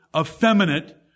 effeminate